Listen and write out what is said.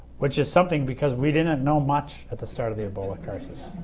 which is something because we didn't know much at the start of the ebola crisis.